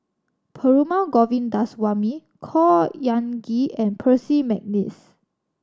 Perumal Govindaswamy Khor Ean Ghee and Percy McNeice